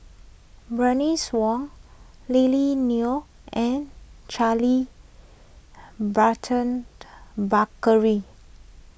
Bernice Wong Lily Neo and Charles Burton Buckley